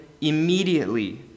immediately